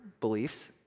beliefs